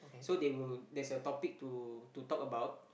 so they will there's a topic to to talk about